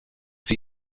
sie